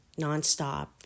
nonstop